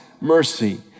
mercy